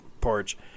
porch